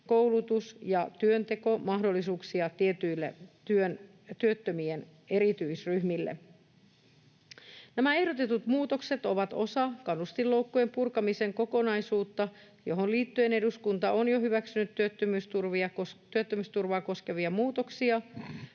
koulutus- ja työntekomahdollisuuksia tietyille työttömien erityisryhmille. Nämä ehdotetut muutokset ovat osa kannustinloukkujen purkamisen kokonaisuutta, johon liittyen eduskunta on jo hyväksynyt työttömyysturvaa koskevia muutoksia